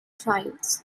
trials